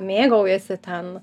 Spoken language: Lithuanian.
mėgaujasi ten